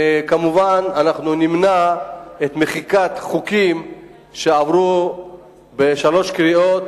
וכמובן נמנע מחיקת חוקים שעברו בשלוש קריאות